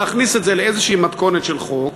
זה להכניס את זה לאיזושהי מתכונת של חוק,